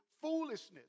foolishness